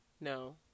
No